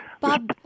Bob